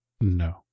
no